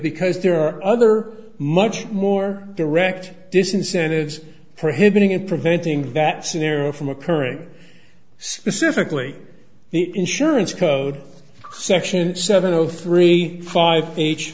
because there are other much more direct disincentives prohibiting in preventing that scenario from occurring specifically the insurance code section seven zero three five